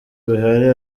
bihari